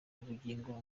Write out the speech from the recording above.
ubugingo